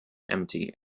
empty